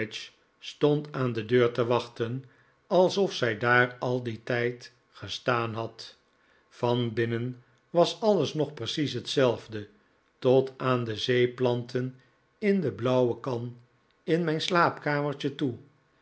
stond aan de deur te wachten alsof zij daar al dien tijd gestaan had van binnen was alles nog precie s hetzelfde tot aan de zeeplanten in de blauwe kan in mijn slaapkamertje toe